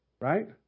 Right